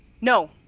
no